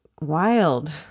wild